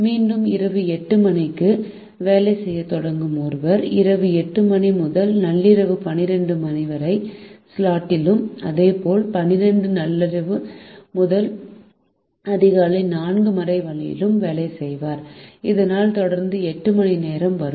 மீண்டும் இரவு 8 மணிக்கு வேலை செய்யத் தொடங்கும் ஒருவர் இரவு 8 மணி முதல் 12 நள்ளிரவு ஸ்லாட்டி லும் அதே போல் 12 நள்ளிரவு முதல் அதிகாலை 4 மணி வரையிலும் வேலை செய்வார் இதனால் தொடர்ந்து 8 மணிநேரம் வரும்